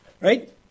Right